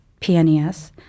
PNES